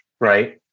right